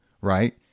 right